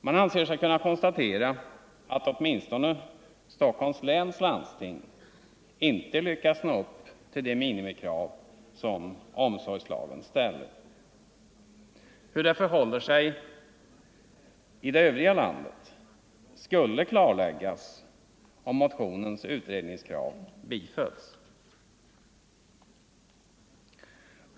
Man anser sig kunna konstatera att åtminstone Stockholms läns landsting inte lyckats nå upp till de minimikrav som omsorgslagen ställer. Hur det förhåller sig i det övriga landet skulle klarläggas om motionens utredningskrav bifölls.